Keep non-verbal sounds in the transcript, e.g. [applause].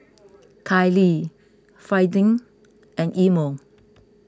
Kailee [unintelligible] and Imo